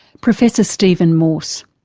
professor stephen morse.